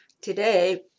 Today